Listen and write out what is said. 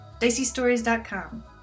diceystories.com